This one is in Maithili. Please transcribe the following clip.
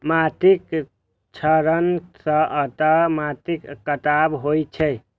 माटिक क्षरण सं अंततः माटिक कटाव होइ छै